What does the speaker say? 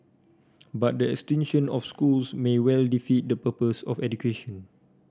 but the extinction of schools may well defeat the purpose of education